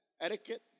etiquette